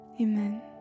amen